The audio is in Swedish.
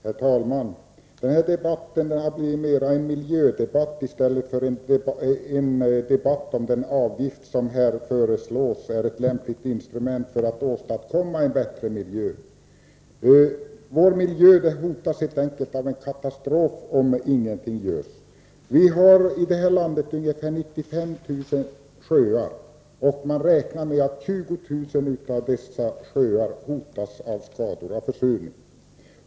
Herr talman! Det här har mera blivit en miljödebatt än en debatt om den avgift som föreslås som ett lämpligt instrument för att åstadkomma en bättre miljö. Vår miljö hotas helt enkelt av en katastrof om ingenting görs. Vi har i detta land ungefär 95 000 sjöar, och man räknar med att 20 000 av dessa sjöar hotas av försurningsskador.